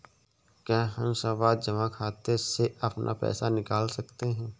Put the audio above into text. क्या हम सावधि जमा खाते से अपना पैसा निकाल सकते हैं?